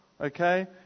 Okay